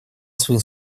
свои